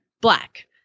black